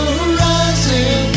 horizon